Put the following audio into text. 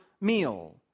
meal